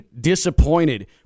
disappointed